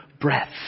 breath